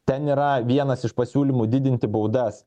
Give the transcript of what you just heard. ten yra vienas iš pasiūlymų didinti baudas